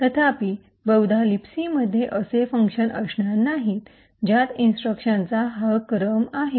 तथापि बहुधा लिबसीमध्ये असे फंक्शन असणार नाही ज्यात इन्स्ट्रक्शनचा हा क्रम आहे